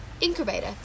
incubator